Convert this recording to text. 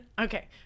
okay